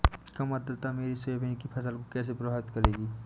कम आर्द्रता मेरी सोयाबीन की फसल को कैसे प्रभावित करेगी?